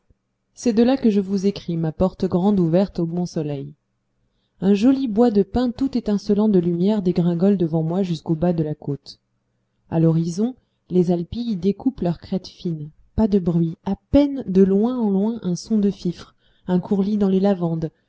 c'est de là que je vous écris ma porte grande ouverte au bon soleil un joli bois de pins tout étincelant de lumière dégringole devant moi jusqu'au bas de la côte à l'horizon les alpilles découpent leurs crêtes fines pas de bruit à peine de loin en loin un son de fifre un courlis dans les lavandes